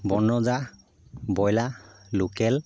বন ৰজা broiler local